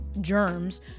germs